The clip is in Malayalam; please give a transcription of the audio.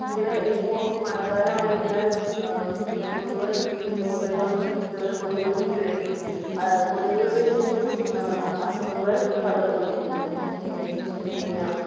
കൂടെ ഇപ്പോൾ മഴക്കാലമായതിനാൽ കൊതുകുകൾ പെറ്റുപെരുകി വെള്ളം കെട്ടിക്കിടന്ന് കൊതുകുകൾ പെറ്റുപെരുകി കൊതുകുകളിൽ നിന്നും അസുഖങ്ങൾ പടർന്നു പിടിക്കുന്നു ലൈക് ചിക്കൻ ഗുനിയാ